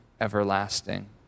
everlasting